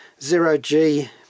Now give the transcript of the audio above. zero-G